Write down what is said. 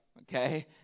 okay